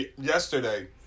yesterday